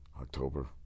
October